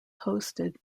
hosted